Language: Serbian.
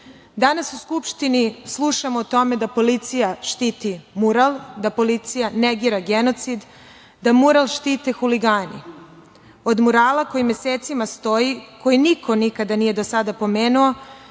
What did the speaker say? Danas u Skupštini slušamo o tome da policija štiti mural, da policija negira genocid, da mural štite huligani. Od murala koji mesecima stoji, koji niko nikada nije do sada pomenuo,